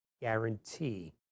guarantee